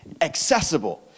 accessible